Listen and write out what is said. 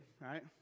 Right